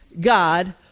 God